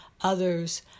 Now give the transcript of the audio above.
others